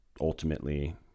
ultimately